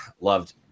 loved